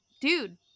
dude